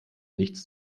nichts